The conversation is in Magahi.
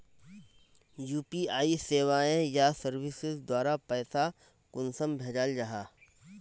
यु.पी.आई सेवाएँ या सर्विसेज द्वारा पैसा कुंसम भेजाल जाहा?